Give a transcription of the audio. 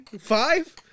Five